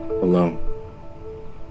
alone